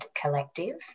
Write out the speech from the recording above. Collective